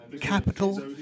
capital